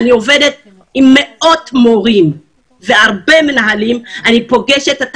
אני עובדת עם מאות מורים והרבה מנהלים ואני פוגשת את